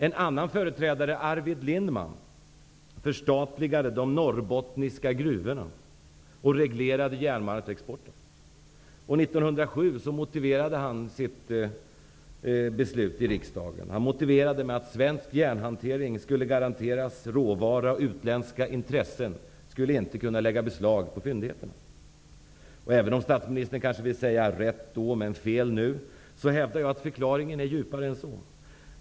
En annan företrädare, Arvid Lindman, förstatligade de norrbottniska gruvorna och reglerade exporten av järnmalm. Han motiverade sitt beslut i riksdagen år 1907 med att säga att svensk järnhantering skulle garanteras råvara, och utländska intressen skulle inte lägga beslag på fyndigheterna. Även om statsministern vill säga ''rätt då, men fel nu'', hävdar jag att förklaringen går djupare än så.